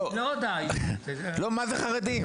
לא, מה זה חרדים?